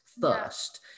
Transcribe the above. first